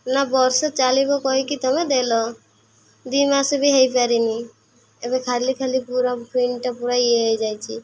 ନା ବର୍ଷେ ଚାଲିବ କହିକି ତୁମେ ଦେଲ ଦୁଇ ମାସ ବି ହେଇପାରିନି ଏବେ ଖାଲି ଖାଲି ପୁରା ପିନ୍ଟା ପୁରା ଇଏ ହେଇଯାଇଛି